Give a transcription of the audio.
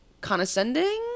condescending